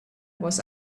was